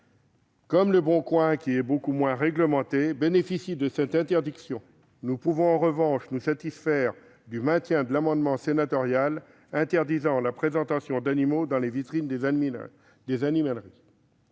comme Le Bon Coin, qui sont beaucoup moins réglementées, ne bénéficie de cette interdiction. Nous pouvons en revanche nous satisfaire du maintien de l'amendement sénatorial visant à interdire la présentation d'animaux dans les vitrines des animaleries.